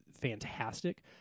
fantastic